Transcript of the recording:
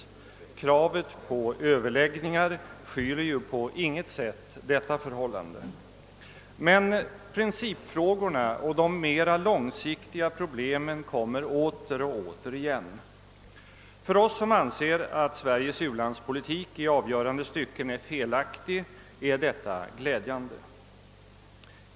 Kravet på Ööverläggningar döljer på intet sätt detta förhållande. Men principfrågorna och de mera långsiktiga problemen återkommer gång på gång. För oss som anser att Sveriges u-landspolitik i avgörande stycken är felaktig är detta glädjande.